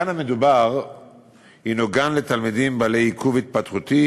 הגן המדובר הנו גן לתלמידים בעלי עיכוב התפתחותי